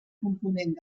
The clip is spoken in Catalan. component